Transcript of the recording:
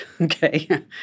Okay